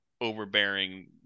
overbearing